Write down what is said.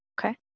Okay